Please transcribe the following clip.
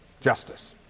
justice